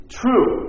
true